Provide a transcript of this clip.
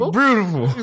beautiful